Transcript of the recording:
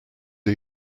are